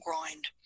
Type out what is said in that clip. grind